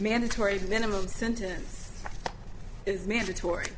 mandatory minimum sentence is mandatory